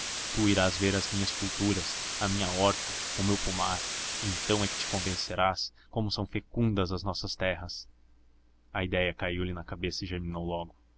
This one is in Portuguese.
tu irás ver as minhas culturas a minha horta e meu pomar então é que te convencerás como são fecundas as nossas terras a idéia caiu-lhe na cabeça e germinou logo